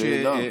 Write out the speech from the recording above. שאלה.